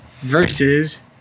versus